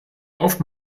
auf